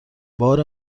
بار